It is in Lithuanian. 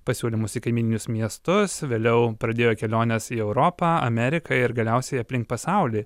pasiūlymus į kaimyninius miestus vėliau pradėjo keliones į europą ameriką ir galiausiai aplink pasaulį